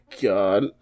God